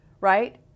right